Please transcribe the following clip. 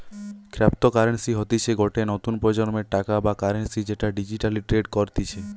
cryptocurrency হতিছে গটে নতুন প্রজন্মের টাকা বা কারেন্সি যেটা ডিজিটালি ট্রেড করতিছে